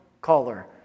Caller